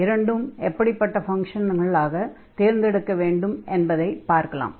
இரண்டும் எப்படிப்பட்ட ஃபங்ஷன்களாக தேர்ந்தெடுக்க வேண்டும் என்று பார்க்கலாம்